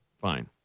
Fine